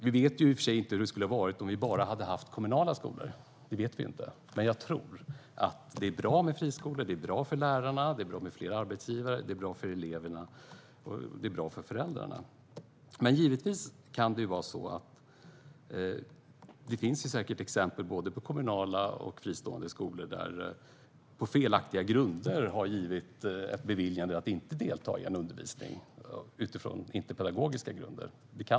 Vi vet i och för sig inte hur det skulle ha varit om vi bara hade haft kommunala skolor, men jag tror att det är bra med friskolor. Det är bra för lärarna - eftersom det är bra med flera arbetsgivare - det är bra för eleverna och det är bra för föräldrarna. Det kan givetvis finnas exempel på både kommunala och fristående skolor där man på felaktiga grunder har gett ett beviljande att inte delta i undervisning utifrån grunder som inte är pedagogiska.